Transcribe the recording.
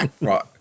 Right